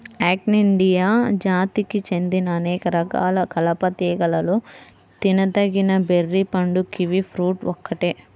Actinidia జాతికి చెందిన అనేక రకాల కలప తీగలలో తినదగిన బెర్రీ పండు కివి ఫ్రూట్ ఒక్కటే